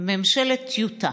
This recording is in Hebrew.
ממשלת טיוטה.